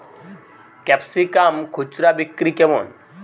Capsicum খুচরা বিক্রি কেমন?